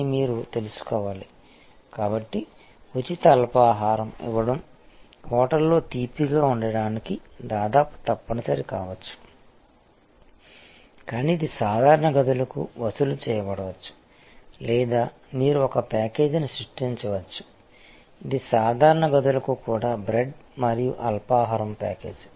అని మీరు తెలుసుకోవాలి కాబట్టి ఉచిత అల్పాహారం ఇవ్వడం హోటల్లో తీపిగా ఉండటానికి దాదాపు తప్పనిసరి కావచ్చు కాని ఇది సాధారణ గదులకు వసూలు చేయబడవచ్చు లేదా మీరు ఒక ప్యాకేజీని సృష్టించవచ్చు ఇది సాధారణ గదులకు కూడా బ్రెడ్ మరియు అల్పాహారం ప్యాకేజీ